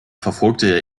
verfolgte